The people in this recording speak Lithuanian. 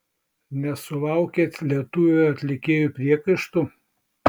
nesulaukėt lietuvių atlikėjų priekaištų